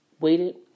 waited